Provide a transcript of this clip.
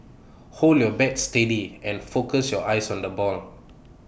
hold your bat steady and focus your eyes on the ball